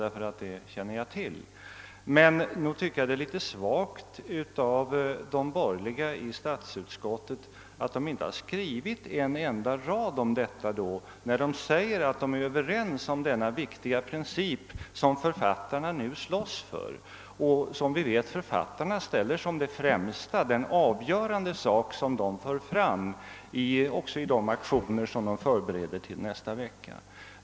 Men nog tycker jag att det är litet svagt att de borgerliga i statsutskottet inte har skrivit en enda rad om detta, när de säger att de är överens om den viktiga princip författarna nu slåss för och som vi vet att författarna anser avgörande i de aktioner de förbereder till nästa vecka.